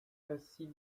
assis